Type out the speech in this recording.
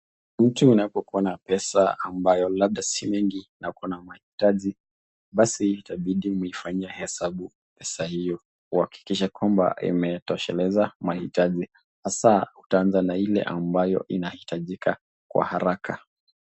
Mtu unapokua na pesa ambazo labda si mingi na uko na mahitaji, basi itabidi umeifanyia hesabu pesa hio kuhakikisha kwamba imetosheleza mahitaji hasa utaanza na ile unahitaji kwa haraka.